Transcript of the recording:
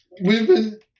women